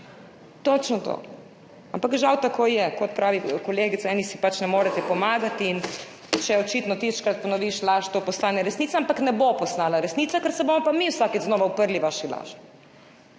točno to. Ampak, žal, tako je. Kot pravi kolegica, eni si pač ne morete pomagati in če tisočkrat ponoviš laž, to postane resnica. Ampak ne bo postala resnica, ker se bomo mi vsakič znova uprli vaši laži.